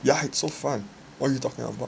yeah it's so fun what you talking about